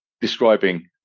describing